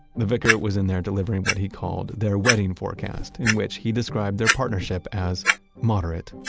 the vicar was in there delivering what he called their wedding forecast, in which he described their partnership as moderate,